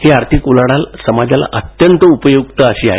ही आर्थिक उलाढाल समाजाला अत्यंत उपयुक्त आशी आहे